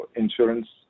insurance